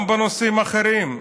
גם בנושאים אחרים,